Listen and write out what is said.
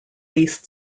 least